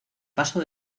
paso